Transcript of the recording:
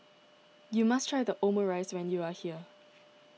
you must try Omurice when you are here